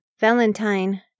Valentine